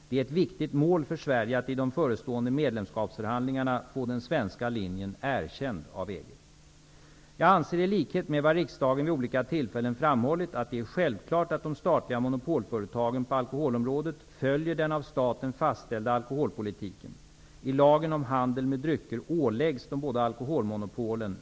Det är ett viktigt mål för Sverige att i de förestående medlemskapsförhandlingarna få den svenska linjen erkänd av EG. Jag anser i likhet med vad riksdagen vid olika tillfällen framhållit att det är självklart att de statliga monopolföretagen på alkoholområdet följer den av staten fastställda alkoholpolitiken.